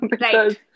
right